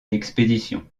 l’expédition